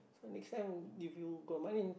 so next time if you got money